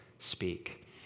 speak